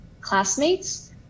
classmates